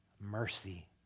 mercy